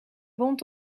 wond